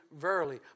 verily